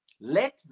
let